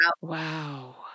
Wow